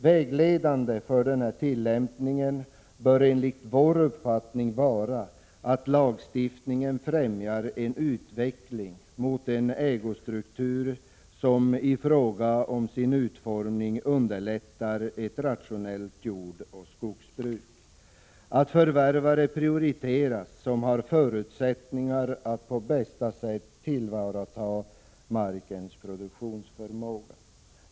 Vägledande för tillämpningen bör enligt vår uppfattning vara att lagstiftningen främjar en utveckling mot en ägostruktur som i fråga om sin utformning underlättar ett rationellt jordoch skogsbruk och att förvärvare prioriteras som har förutsättningar att på bästa sätt tillvarata markens produktionsförmåga.